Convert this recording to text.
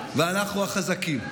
ואנחנו החזקים.